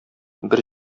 бер